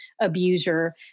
abuser